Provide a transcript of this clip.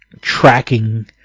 tracking